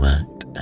act